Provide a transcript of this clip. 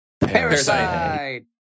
Parasite